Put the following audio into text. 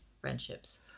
friendships